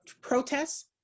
protests